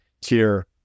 tier